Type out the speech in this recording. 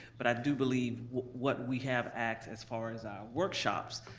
but i do believe what we have asked as far as our workshops,